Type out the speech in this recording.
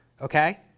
okay